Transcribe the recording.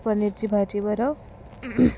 पनीरची भाजी बरं